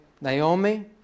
Naomi